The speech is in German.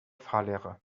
fahrlehrer